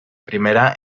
primera